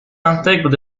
intègrent